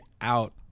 out